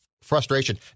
frustration